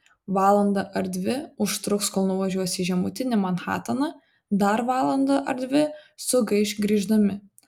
valandą ar dvi užtruks kol nuvažiuos į žemutinį manhataną dar valandą ar dvi sugaiš grįždami